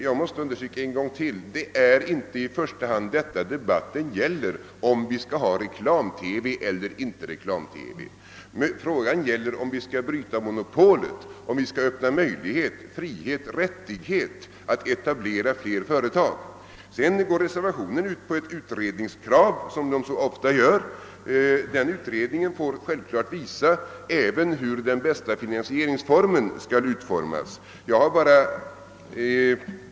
Jag måste ännu en gång understryka att debatten i första hand inte gäller om vi skall ha reklam-TV eller inte, utan frågan är om vi skall bryta monopolet, om vi skall skapa frihet och rättighet att etablera flera företag. Som så ofta är fallet innehåller reservationen ett utredningskrav. Utredningen skulle självklart få ta ställning till vilken finansieringsform som är bäst.